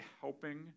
helping